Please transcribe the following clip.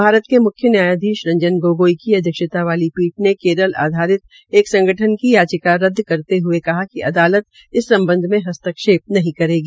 भारत के म्ख्य न्यायाधीश रंजन गोगोई की अध्यक्षता वाली पीठ ने केरल आधारित एक संगठन की याचिका रद्द करते हये कहा कि अदालत इस सम्बध में हस्ताक्षे नहीं करेगी